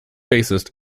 bassist